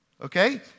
Okay